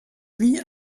wie